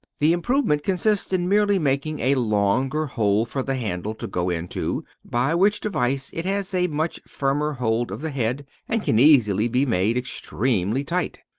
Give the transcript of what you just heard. the improvement consists in merely making a longer hole for the handle to go into, by which device it has a much firmer hold of the head, and can easily be made extremely tight.